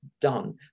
done